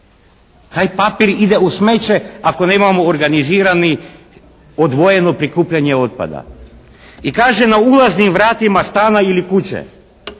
Taj papir ide u smeće ako nemamo organizirati odvojeno prikupljane otpada. I kaže: "Na ulaznim vratima stana ili kuće."